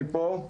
אני פה.